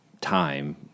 time